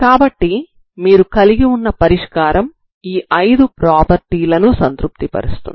కాబట్టి మీరు కలిగి ఉన్న పరిష్కారం ఈ ఐదు ప్రాపర్టీ లను సంతృప్తి పరుస్తాయి